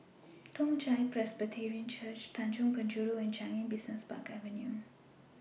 Toong Chai Presbyterian Church Tanjong Penjuru and Changi Business Park Avenue